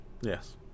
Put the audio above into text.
Yes